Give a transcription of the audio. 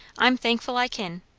i'm thankful i kin.